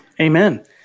Amen